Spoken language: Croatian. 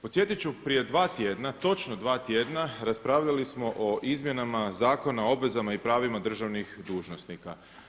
Podsjetiti ću prije dva tjedna, točno 2 tjedna, raspravljali smo o izmjenama Zakona o obvezama i pravima državnih dužnosnika.